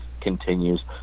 continues